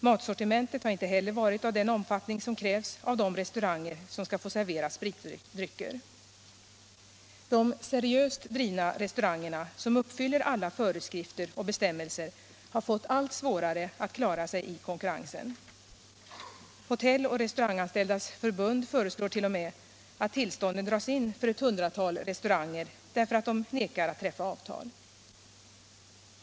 Matsortimentet har inte heller varit av den omfattning som krävs av de restauranger som skall få servera spritdrycker. De seriöst drivna restaurangerna, som uppfyller alla föreskrifter och bestämmelser, har fått allt svårare att klara sig i konkurrensen! Hotelloch restauranganställdas förbund föreslår t.o.m. att tillstånden dras in för ett hundratal restauranger därför att de nekar att träffa avtal.